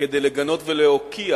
כדי לגנות ולהוקיע